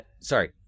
Sorry